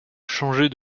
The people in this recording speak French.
changer